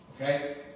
okay